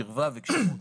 קרבה וכשירות,